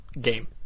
game